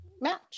match